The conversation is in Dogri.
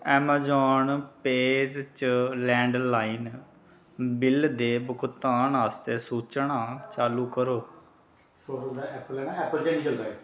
ऐमज़ान पेऽ च लैंडलाइन बिल दे भुगतान आस्तै सूचना चालू करो